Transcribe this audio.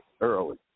early